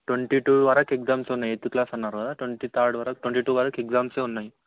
twenty two వరకు exams ఉన్నాయి eighth class అన్నారు కదా ట్వెంటీ థర్డ్ వరకు ట్వెంటీ టు వరకు ఎగ్జామ్సే ఉన్నాయి